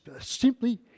Simply